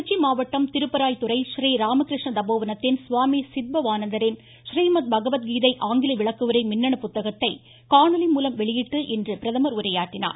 திருச்சி மாவட்டம் திருப்பராய்த்துறை றீ ராமகிருஷ்ண தபோவனத்தின் சுவாமி சித்பவானந்தரின் றீமத் பகவத்கீதை ஆங்கில விளக்கவுரை மின்னணு புத்தகத்தை காணொலி மூலம் வெளியிட்டு இன்று அவர் உரையாற்றினார்